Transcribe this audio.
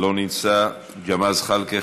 לא נמצא, חבר הכנסת ג'מאל זחאלקה,